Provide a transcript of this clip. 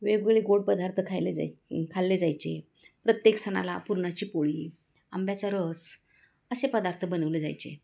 वेगवेगळे गोड पदार्थ खायले जाय खाल्ले जायचे प्रत्येक सणाला पुरणाची पोळी आंब्याचा रस असे पदार्थ बनवले जायचे